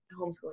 homeschooling